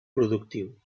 productiu